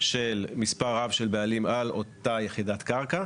של מספר רב של בעלים על אותה יחידת קרקע,